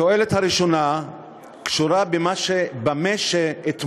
התועלת הראשונה קשורה במה שאתמול